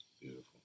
Beautiful